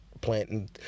planting